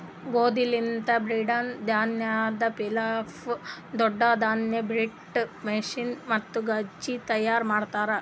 ಗೋದಿ ಲಿಂತ್ ಬ್ರೀಡ್, ಧಾನ್ಯದ್ ಪಿಲಾಫ್, ದೊಡ್ಡ ಧಾನ್ಯದ್ ಬ್ರೀಡ್, ಮಫಿನ್, ಮತ್ತ ಗಂಜಿ ತೈಯಾರ್ ಮಾಡ್ತಾರ್